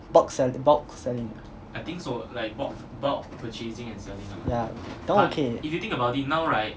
box selling box selling yeah that one okay eh